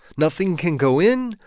nothing can go in.